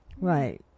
right